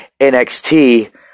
NXT